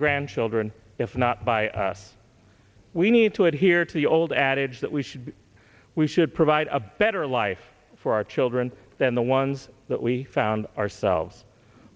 grandchildren if not by us we need to adhere to the old adage that we should we should provide a better life for our children than the ones that we found ourselves